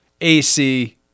AC